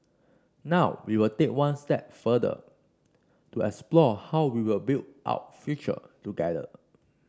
now we will take one step further to explore how we will build out future together